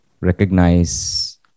recognize